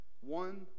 One